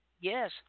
Yes